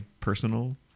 personal